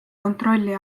kontrolli